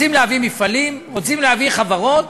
רוצים להביא מפעלים, רוצים להביא חברות